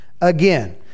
again